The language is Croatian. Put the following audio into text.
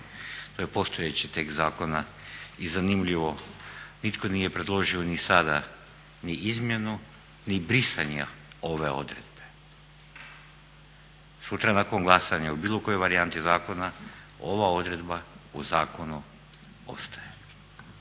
To je postojeći tekst zakona. I zanimljivo nitko nije predložio ni sada ni izmjenu ni brisanja ove odredbe. Sutra nakon glasanja u bilo kojoj varijanti zakona ova odredba u zakonu ostaje